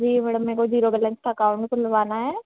जी madam में को zero balance account खुलवाना है